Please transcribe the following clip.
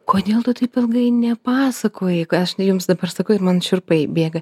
kodėl tu taip ilgai nepasakojai aš jums dabar sakau ir man šiurpai bėga